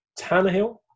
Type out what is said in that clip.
Tannehill